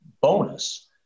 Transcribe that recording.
bonus